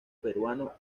peruano